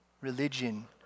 religion